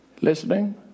listening